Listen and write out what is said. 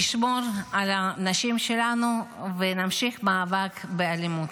נשמור על הנשים שלנו ונמשיך במאבק באלימות.